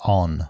on